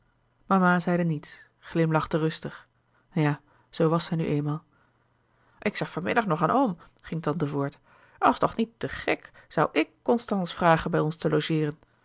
mama zeide niets glimlachte rustig ja zoo was zij nu eenmaal ik seg van middagh nogh aan oom ging tante voort als toch niet te ghek zoû ik constans vragen bij ons te logeeren